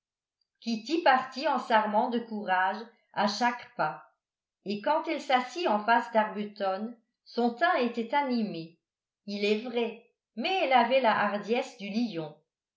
kitty partit en s'armant de courage à chaque pas et quand elle s'assit en face d'arbuton son teint était animé il est vrai mais elle avait la hardiesse du lion